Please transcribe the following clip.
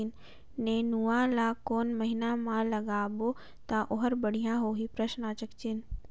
नेनुआ ला कोन महीना मा लगाबो ता ओहार बेडिया होही?